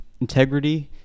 integrity